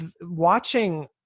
watching